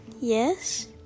Yes